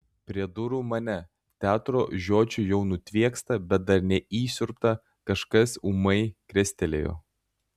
prie durų mane teatro žiočių jau nutviekstą bet dar neįsiurbtą kažkas ūmai krestelėjo